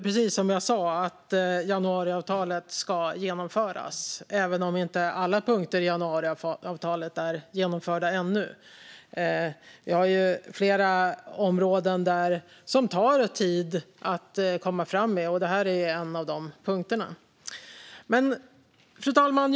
Precis som jag sa ska januariavtalet genomföras även om inte alla punkter i det ännu har genomförts. Flera områden tar tid att komma fram med, och denna punkt är en sådan. Fru talman!